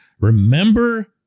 remember